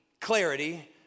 clarity